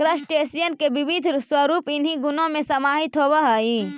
crustacean के विविध स्वरूप इन्हीं गणों में समाहित होवअ हई